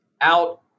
out